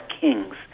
kings